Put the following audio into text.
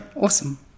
Awesome